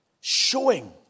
showing